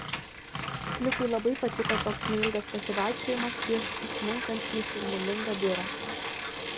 klifui labai patiko toks neilgas pasivaikščiojimas prieš įsmunkant į šurmulingą biurą